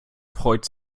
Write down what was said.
freut